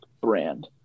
brand